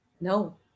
No